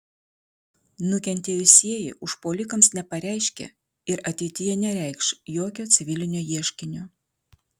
nukentėjusieji užpuolikams nepareiškė ir ateityje nereikš jokio civilinio ieškinio